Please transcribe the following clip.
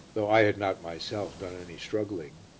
though i had not myself done any struggling,